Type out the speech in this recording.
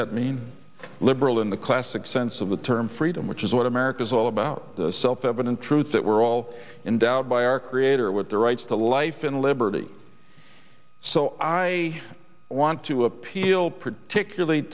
that mean liberal in the classic sense of the term freedom which is what america's all about the self evident truth that we're all in doubt by our creator with the rights to life and liberty so i want to appeal particularly